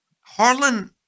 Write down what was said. Harlan